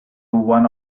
one